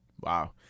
Wow